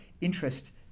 interest